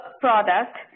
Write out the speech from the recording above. product